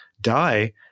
die